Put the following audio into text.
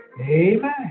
Amen